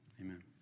amen